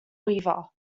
weaver